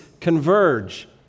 converge